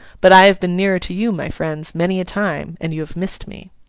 but i have been nearer to you, my friends, many a time, and you have missed me